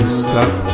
stop